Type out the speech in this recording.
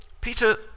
Peter